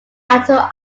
outer